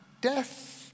Death